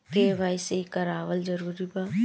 KYC करवावल जरूरी बा?